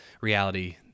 reality